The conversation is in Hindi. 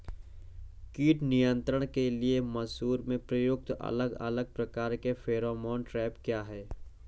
कीट नियंत्रण के लिए मसूर में प्रयुक्त अलग अलग प्रकार के फेरोमोन ट्रैप क्या है?